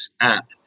app